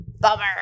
bummer